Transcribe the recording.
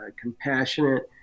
compassionate